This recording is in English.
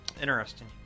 Interesting